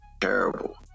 Terrible